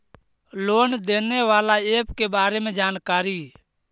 Loan देने बाला app के बारे मे जानकारी?